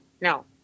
no